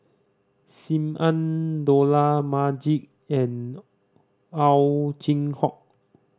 Sim Ann Dollah Majid and Ow Chin Hock